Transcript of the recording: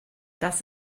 das